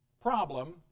problem